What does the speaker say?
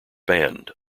banned